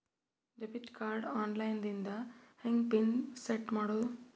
Debit card online ದಿಂದ ಹೆಂಗ್ pin set ಮಾಡೋದು?